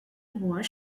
moore